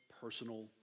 personal